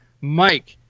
Mike